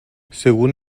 según